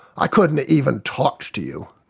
i couldn't even talk to you.